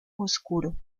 oscuro